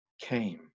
came